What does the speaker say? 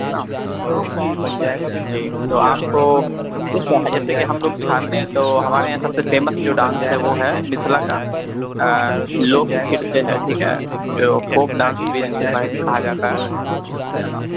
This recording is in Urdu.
ہے نا تو جی تو آپ کو جیسے کہ ہم لوگ سکھاتے ہیں تو ہمارے یہاں سب سے فیمس جو ڈانس ہے وہ ہے متھلا کا لوک کرت ہے ٹھیک ہے جو فوک ڈانس بھی جس کو کہا جاتا ہے ہے نا